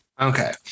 Okay